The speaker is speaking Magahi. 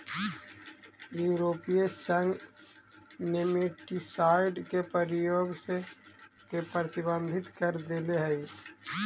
यूरोपीय संघ नेमेटीसाइड के प्रयोग के प्रतिबंधित कर देले हई